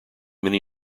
many